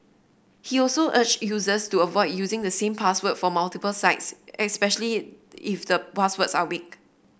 he also urged users to avoid using the same password for multiple sites especially if the password are weak